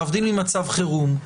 להבדיל ממצב חירום,